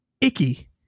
icky